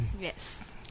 Yes